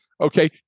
Okay